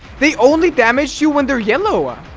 they only damage you when they're yellow